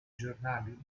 giornali